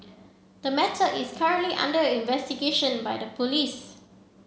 the matter is currently under investigation by the police